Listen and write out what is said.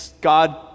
God